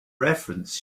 reference